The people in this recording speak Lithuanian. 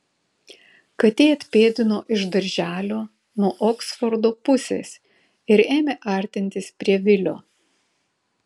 katė atpėdino iš darželio nuo oksfordo pusės ir ėmė artintis prie vilio